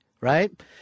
right